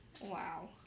Wow